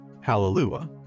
Hallelujah